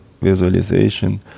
visualization